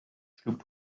schlug